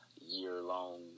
year-long